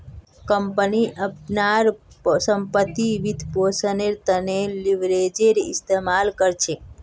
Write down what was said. company अपनार संपत्तिर वित्तपोषनेर त न लीवरेजेर इस्तमाल कर छेक